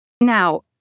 Now